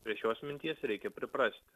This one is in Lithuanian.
prie šios minties reikia priprasti